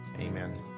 Amen